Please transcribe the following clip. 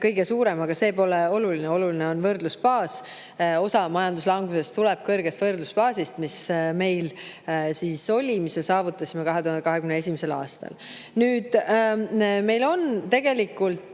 kõige suurem. Aga see pole oluline, oluline on võrdlusbaas. Osa majanduslangusest tuleb kõrgest võrdlusbaasist, mis meil oli ja mille me saavutasime 2021. aastal. Nüüd, meil on tegelikult